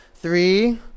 three